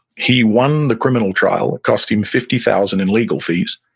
he won the criminal trial, cost him fifty thousand in legal fees,